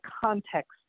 context